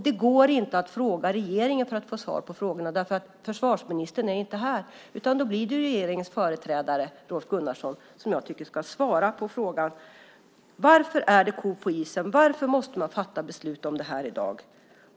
Det går inte att fråga regeringen eftersom försvarsministern inte är här, utan det blir regeringens företrädare Rolf Gunnarsson som ska svara på frågan. Varför är det en ko på isen? Varför måste man fatta beslut om detta i dag?